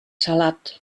salat